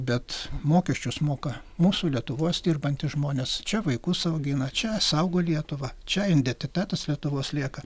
bet mokesčius moka mūsų lietuvos dirbantys žmonės čia vaikus augina čia saugo lietuvą čia identitetas lietuvos lieka